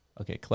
okay